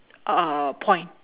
uh point